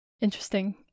Interesting